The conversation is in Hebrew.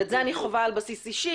ואת זה אני חווה על בסיס אישי,